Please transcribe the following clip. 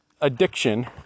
addiction